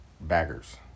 baggers